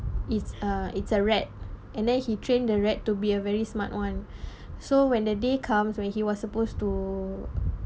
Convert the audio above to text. it's a it's a rat and then he train the rat to be a very smart [one] so when the day comes when he was supposed to